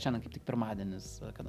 šiandien kaip tik pirmadienis kada